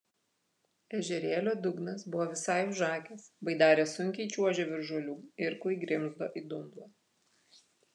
ežerėlio dugnas buvo visai užakęs baidarė sunkiai čiuožė virš žolių irklai grimzdo į dumblą